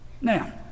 Now